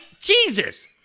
Jesus